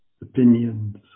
opinions